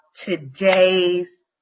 today's